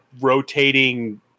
rotating